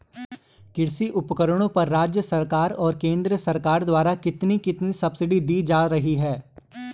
कृषि उपकरणों पर राज्य सरकार और केंद्र सरकार द्वारा कितनी कितनी सब्सिडी दी जा रही है?